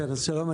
שלום,